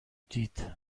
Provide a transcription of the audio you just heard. دید